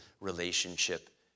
relationship